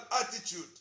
attitude